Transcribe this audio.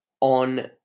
on